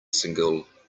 single